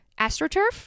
astroturf